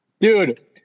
dude